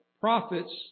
prophets